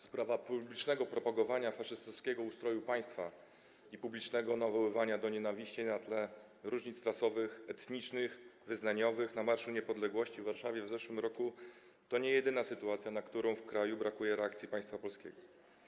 Sprawa publicznego propagowania faszystowskiego ustroju państwa i publicznego nawoływania do nienawiści na tle różnic rasowych, etnicznych i wyznaniowych na Marszu Niepodległości w Warszawie w zeszłym roku to nie jedyna sytuacja, na którą w kraju brakuje reakcji państwa polskiego.